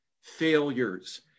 failures